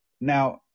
Now